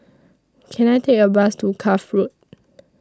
Can I Take A Bus to Cuff Road